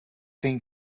thin